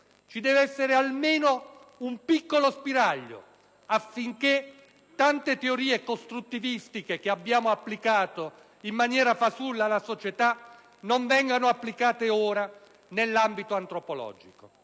Ci deve essere almeno un piccolo spiraglio affinché tante teorie costruttivistiche che sono state applicate in maniera fasulla alla società non vengano applicate ora nell'ambito antropologico.